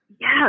Yes